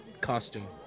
costume